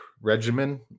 regimen